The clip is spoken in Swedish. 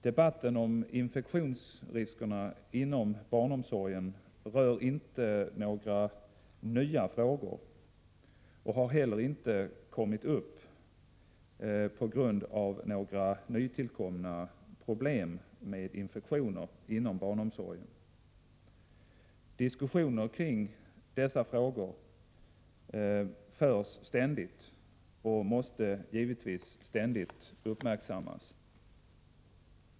Debatten om infektionsrisker inom barnomsorgen rör inte några nya frågor och har heller inte uppstått på grund av några nytillkomna problem med infektioner inom barnomsorgen. Diskussioner kring dessa frågor förs ständigt, och de måste givetvis ständigt uppmärksammas.